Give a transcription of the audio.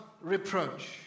reproach